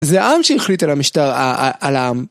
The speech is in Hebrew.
זה העם שהחליט על המשטר, על העם.